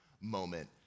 moment